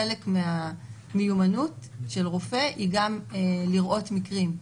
חלק מהמיומנות של רופא היא גם לראות מקרים.